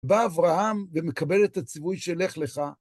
בא אברהם ומקבל את הציווי ש"לך לך".